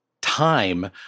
time